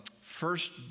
first